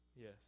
yes